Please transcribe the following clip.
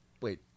wait